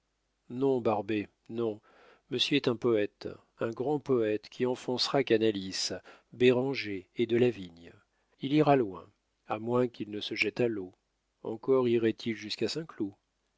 barbet non monsieur est un poète un grand poète qui enfoncera canalis béranger et delavigne il ira loin à moins qu'il ne se jette à l'eau encore irait-il jusqu'à saint-cloud